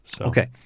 Okay